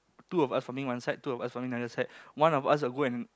two of us farming one side two of us farming the other side one of us will go and